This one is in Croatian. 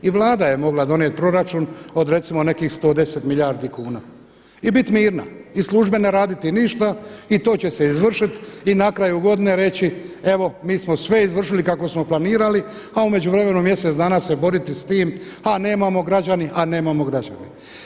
I Vlada je mogla donijeti proračun od recimo nekih 110 milijardi kuna i bit mirna i službe ne raditi ništa i to će se izvršit i na kraju godine reći evo mi smo sve izvršili kako smo planirali a u međuvremenu mjesec dana se boriti s tim a nemao građani, a nemamo građani.